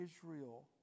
Israel